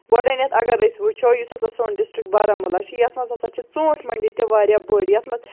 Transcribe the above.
گۄڈٕنٮ۪تھ اَگَر أسۍ وٕچھو یُس ہَسا سون ڈِسٹِرٛک بارہمولہ چھُ یَتھ منٛز ہَسا چھِ ژوٗنٛٹھۍ مٔنٛڈِ تہِ واریاہ بٔڑۍ یَتھ منٛز